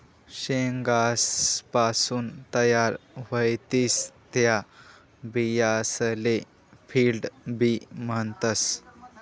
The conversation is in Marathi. शेंगासपासून तयार व्हतीस त्या बियासले फील्ड बी म्हणतस